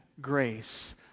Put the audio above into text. grace